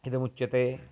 इदमुच्यते